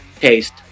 taste